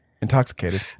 intoxicated